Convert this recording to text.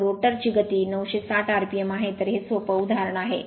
तर रोटर ची गती 960 rpm आहे तर हे सोप उदाहरण आहे